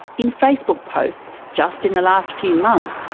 in facebook posts just in the last few months,